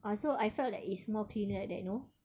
ah so I felt that it's more cleaner like that no